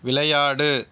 விளையாடு